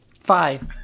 Five